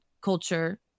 culture